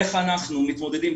איך אנחנו מתמודדים,